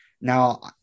now